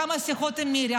כמה שיחות עם מירי,